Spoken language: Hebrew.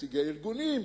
כנציגי ארגונים,